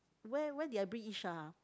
where where did I bring Yi-Sheng ah